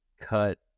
cut